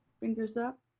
fingers up.